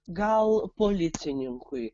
gal policininkui